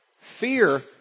Fear